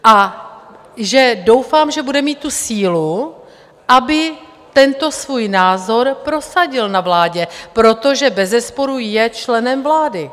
A že doufám, že bude mít tu sílu, aby tento svůj názor prosadil na vládě, protože bezesporu je členem vlády.